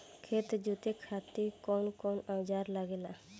खेत जोते खातीर कउन कउन औजार लागेला?